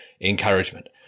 encouragement